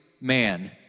man